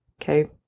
okay